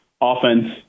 offense